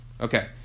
Okay